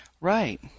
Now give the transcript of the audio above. Right